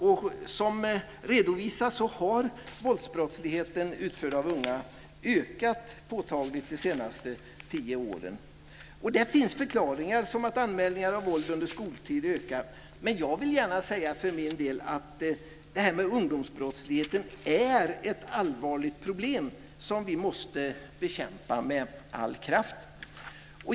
Som har redovisats så har våldsbrottslighet utförd av unga ökat påtagligt under de senaste tio åren. Det finns förklaringar som att anmälningar av våld under skoltid har ökat. Men jag vill gärna säga att ungdomsbrottsligheten är ett allvarligt problem som vi måste bekämpa med all kraft.